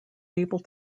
able